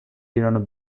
ایران